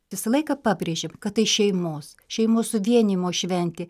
visą laiką pabrėžėm kad tai šeimos šeimos suvienijimo šventė